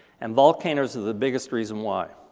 and volcanoes are the biggest reason why.